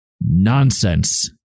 Nonsense